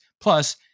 Plus